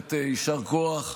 באמת יישר כוח.